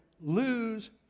lose